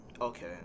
okay